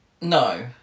No